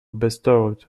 bestowed